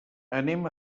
anem